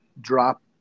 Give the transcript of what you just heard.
drop